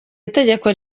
itegeko